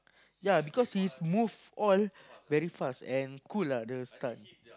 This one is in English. ya because his move all very fast and cool lah the stunt